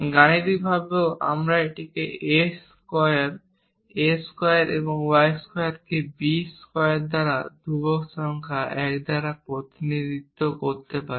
গাণিতিকভাবেও আমরা এটিকে x স্কোয়ারকে a স্কোয়ার এবং y স্কোয়ারকে B স্কোয়ার দ্বারা ধ্রুবক সংখ্যা বা 1 দ্বারা প্রতিনিধিত্ব করতে পারি